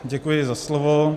Děkuji za slovo.